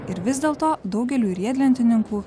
ir vis dėlto daugeliui riedlentininkų